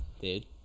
dude